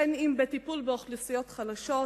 בין אם בטיפול באוכלוסיות חלשות,